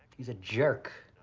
he's a jerk.